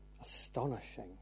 Astonishing